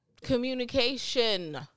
Communication